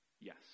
Yes